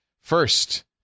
First